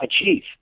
achieve